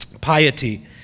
piety